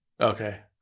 Okay